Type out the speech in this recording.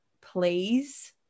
please